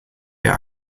der